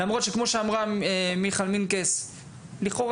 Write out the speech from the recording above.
למרות שכמו שאמרה מיכל מנקס לכאורה